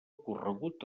corregut